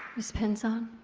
ms. pinzon.